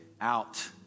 out